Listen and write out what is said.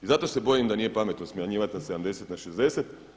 I zato se bojim da nije pametno smanjivat na 70, na 60.